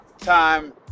time